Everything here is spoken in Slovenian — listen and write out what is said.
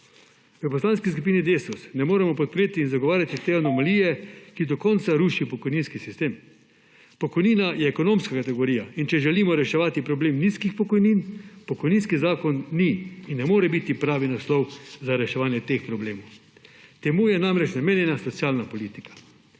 V Poslanski skupini Desus ne moremo podpreti in zagovarjati te anomalije, ki do konca ruši pokojninski sistem. Pokojnina je ekonomska kategorija, in če želimo reševati problem nizkih pokojnin, pokojninski zakon ni in ne more biti pravi naslov za reševanje teh problemov. Temu je namreč namenjena socialna politika.